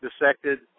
dissected